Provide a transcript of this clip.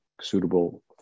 suitable